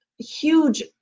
huge